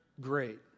great